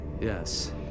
Yes